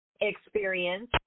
experience